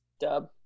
Dub